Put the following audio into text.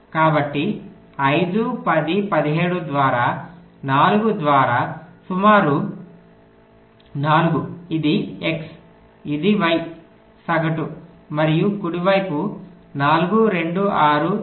కాబట్టి 5 10 17 ద్వారా 4 ద్వారా 4 సుమారు 4 ఇది xఇది y సగటు మరియు కుడి వైపు 4 2 6 11 18